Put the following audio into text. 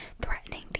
threatening